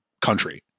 country